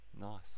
nice